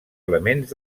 elements